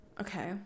Okay